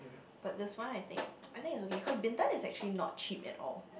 but this one I think I think it's okay cause Bintan is actually not cheap at all